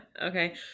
Okay